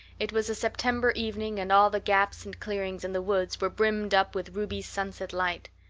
it was a september evening and all the gaps and clearings in the woods were brimmed up with ruby sunset light.